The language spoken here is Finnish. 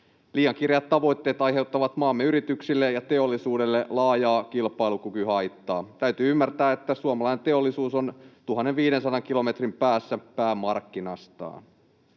Liian kireät tavoitteet aiheuttavat maamme yrityksille ja teollisuudelle laajaa kilpailukykyhaittaa. Täytyy ymmärtää, että suomalainen teollisuus on 1 500 kilometrin päässä päämarkkinastaan.